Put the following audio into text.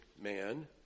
man